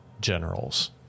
generals